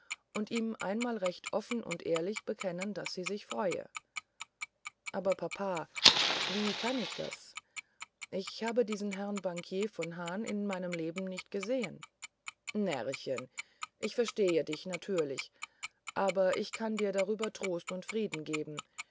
und ihm einmal recht offen und ehrlich bekennen daß sie sich freue aber papa wie kann ich das ich habe diesen herrn bankier von hahn in meinem leben nicht gesehen närrchen ich verstehe dich natürlich aber ich kann dir darüber trost und frieden geben